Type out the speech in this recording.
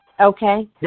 okay